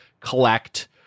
collect